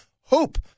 hope